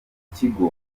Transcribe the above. gikorwa